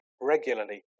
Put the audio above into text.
regularly